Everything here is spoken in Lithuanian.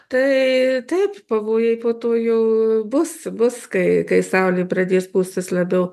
tai taip pavojai po to jau bus bus kai kai saulė pradės pūstis labiau